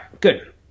good